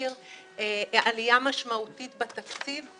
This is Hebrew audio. עלייה משמעותית בתקציב.